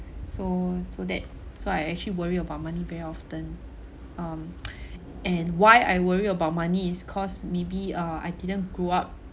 so so that so I actually worry about money very often um and why I worry about money is cause maybe uh I didn't grow up